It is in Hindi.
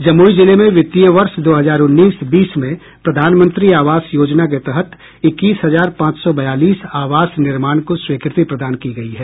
जमुई जिले में वित्तीय वर्ष दो हजार उन्नीस बीस में प्रधानमंत्री आवास योजना के तहत इक्कीस हजार पांच सौ बयालीस आवास निर्माण को स्वीकृति प्रदान की गयी है